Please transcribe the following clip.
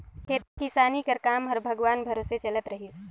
खेती किसानी कर काम हर भगवान भरोसे चलत रहिस